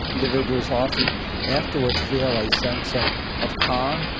individuals often afterwards feel a sense of of calm,